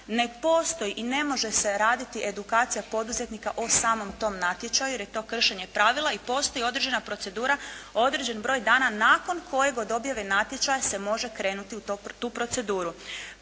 ne postoji i ne može se raditi edukacija poduzetnika o samom tom natječaju jer je to kršenje pravila i postoji određena procedura, određeni broj dana nakon kojeg od objave natječaja se može krenuti u tu proceduru.